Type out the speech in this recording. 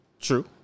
True